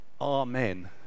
Amen